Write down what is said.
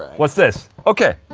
what's this? ok.